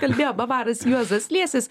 kalbėjo bavaras juozas liesis